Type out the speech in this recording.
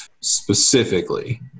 Specifically